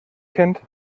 kennt